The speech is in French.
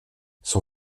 son